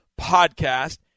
podcast